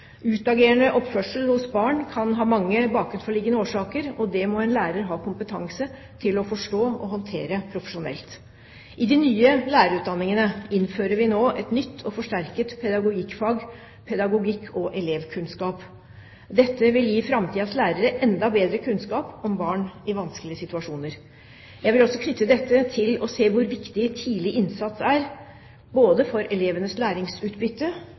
Utagerende oppførsel hos barn kan ha mange bakenforliggende årsaker, og det må en lærer ha kompetanse til å forstå og håndtere profesjonelt. I de nye lærerutdanningene innfører vi nå et nytt og forsterket pedagogikkfag: pedagogikk og elevkunnskap. Dette vil gi framtidens lærere enda bedre kunnskap om barn i vanskelige situasjoner. Jeg vil også knytte dette til å se hvor viktig tidlig innsats er, både for elevenes læringsutbytte